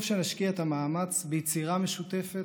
טוב שנשקיע את המאמץ ביצירה משותפת,